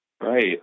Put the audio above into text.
Right